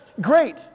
Great